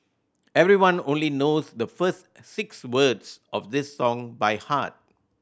everyone only knows the first six words of this song by heart